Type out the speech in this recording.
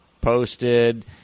posted